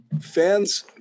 Fans